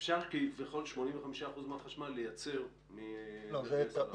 שאפשר כביכול לייצר 85% מהחשמל באנרגיה סולארית.